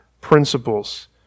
principles